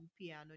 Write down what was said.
piano